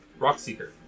Rockseeker